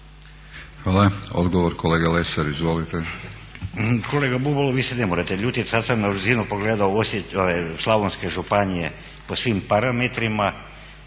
laburisti - Stranka rada)** Kolega Bubalo vi ste ne morate ljutiti, sada sam na brzinu pogledao slavonske županije po svim parametrima,